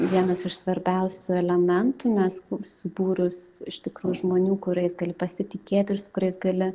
vienas iš svarbiausių elementų nes subūrus iš tikrųjų žmonių kuriais gali pasitikėti ir su kuriais gali